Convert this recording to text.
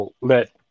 let